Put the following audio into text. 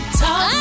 talk